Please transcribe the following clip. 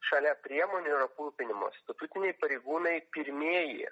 šalia priemonių ir aprūpinimo statutiniai pareigūnai pirmieji